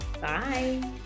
Bye